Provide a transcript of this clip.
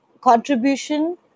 contribution